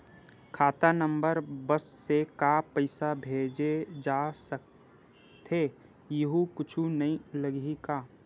खाता नंबर बस से का पईसा भेजे जा सकथे एयू कुछ नई लगही का?